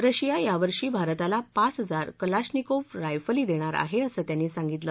Russia यावर्षी भारताला पाच हजार कलाश्रिकोव्ह राइफली देणार आहे असं त्यांनी सांगितलं